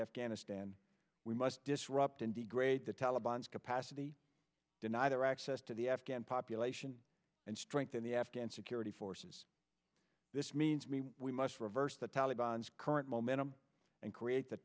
afghanistan we must disrupt and degrade the taliban's capacity deny their access to the afghan population and strengthen the afghan security forces this means me we must reverse the taliban's current momentum and create the